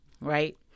right